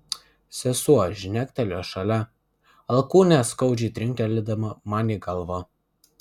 sesuo žnektelėjo šalia alkūne skaudžiai trinktelėdama man į galvą